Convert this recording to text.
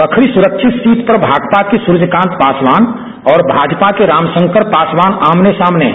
बखरी सुरक्षित सीट पर भाकपा के सूर्यकान्त पासवान और भाजपा के रामशंकर पासवान आमने सामने हैं